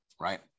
right